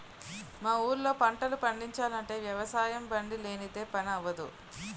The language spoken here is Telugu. మా ఊళ్ళో పంటలు పండిచాలంటే వ్యవసాయబండి లేనిదే పని అవ్వదు